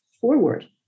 forward